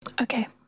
Okay